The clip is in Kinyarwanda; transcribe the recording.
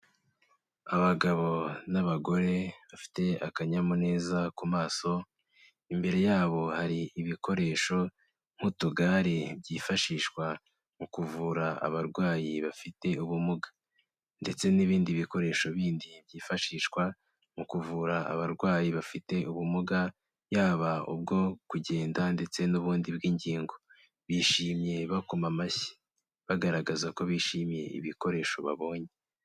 Abagabo n'abagore bafite akanyamuneza ku maso, imbere yabo hari ibikoresho nk'utugare byifashishwa mu kuvura abarwayi bafite ubumuga. Ndetse n'ibindi bikoresho bindi byifashishwa mu kuvura abarwayi bafite ubumuga, yaba ubwo kugenda ndetse n'ubundi bw'ingingo, bishimye bakoma amashyi bagaragaza ko bishimiye ibikoresho babonye.